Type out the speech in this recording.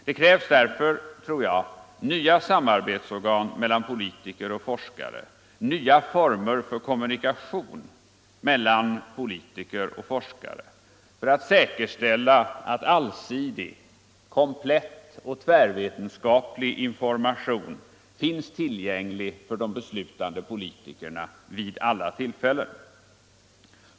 Det krävs därför nya samarbetsorgan mellan politiker och forskare och nya former för kommunikation mellan politiker och forskare för att säkerställa att allsidig, komplett och tvärvetenskaplig information finns tillgänglig för de beslutande politikerna vid alla tillfällen.